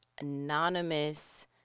anonymous